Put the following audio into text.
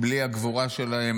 בלי הגבורה שלהם,